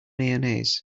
mayonnaise